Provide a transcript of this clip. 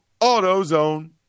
AutoZone